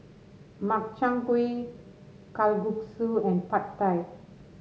Makchang Gui Kalguksu and Pad Thai